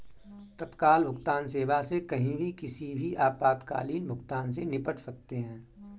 तत्काल भुगतान सेवा से कहीं भी किसी भी आपातकालीन भुगतान से निपट सकते है